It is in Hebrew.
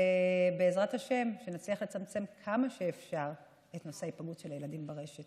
ובעזרת השם נצליח לצמצם כמה שאפשר את נושא ההיפגעות של הילדים ברשת.